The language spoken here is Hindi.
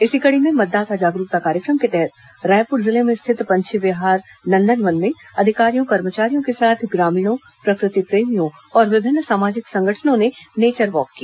इसी कड़ी में मतदाता जागरूकता कार्यक्रम के तहत रायपुर जिले में स्थित पंछी विहार नंदनवन में अधिकारियों कर्मचारियों के साथ ग्रामीणों प्रकृति प्रेमियों और विभिन्न सामाजिक संगठनों ने नेचर वॉक किया